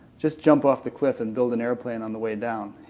just jump off the cliff and build an airplane on the way down!